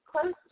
close